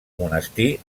monestir